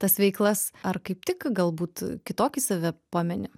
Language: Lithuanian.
tas veiklas ar kaip tik galbūt kitokį save pameni